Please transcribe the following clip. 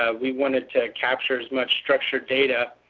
ah we wanted to capture as much structured data,